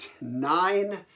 nine